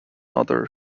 other